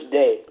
day